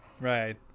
Right